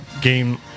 game